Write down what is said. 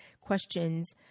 questions